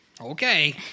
okay